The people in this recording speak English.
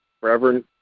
Reverend